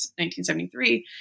1973